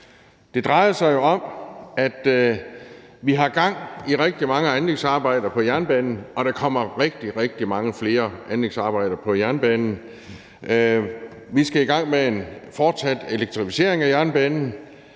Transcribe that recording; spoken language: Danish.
Det drejer sig jo om, at vi har gang i rigtig mange anlægsarbejder på jernbanen, og der kommer rigtig, rigtig mange flere anlægsarbejder på jernbanen. Vi skal i gang med en fortsat elektrificering af jernbanen,